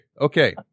Okay